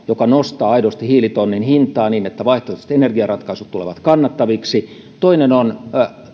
joka nostaa aidosti hiilitonnin hintaa niin että vaihtoehtoiset energiaratkaisut tulevat kannattaviksi toinen on